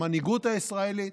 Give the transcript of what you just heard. של המנהיגות הישראלית,